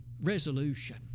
resolution